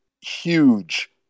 huge